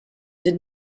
did